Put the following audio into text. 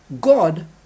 God